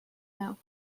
now